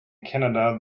canada